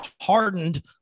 hardened